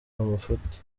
amafuti